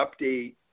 update